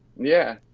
yeah.